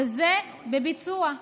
וזה בביצוע.